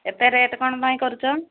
ଏତେ ରେଟ୍ କ'ଣ ପାଇଁ କରୁଛ